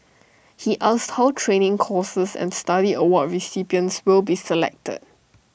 he asked how training courses and study award recipients will be selected